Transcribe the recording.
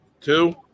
Two